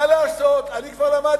מה לעשות, אני כבר למדתי